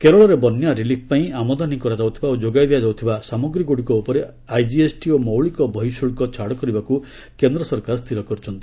କେରଳରେ ବନ୍ୟା ରିଲିଫ ପାଇଁ ଆମଦାନୀ କରାଯାଉଥିବା ଓ ଯୋଗାଇ ଦିଆଯାଉଥିବା ସାମଗ୍ରୀ ଗୁଡ଼ିକ ଉପରେ ଆଇଜିଏସ୍ଟି ଓ ମୌଳିକ ବର୍ହିଶୁଳ୍କ ଛାଡ କରିବାକୁ କେନ୍ଦ୍ର ସରକାର ସ୍ଥିର କରିଛନ୍ତି